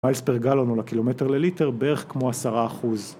Miles per gallon או לקילומטר לליטר בערך כמו עשרה אחוז